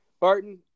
barton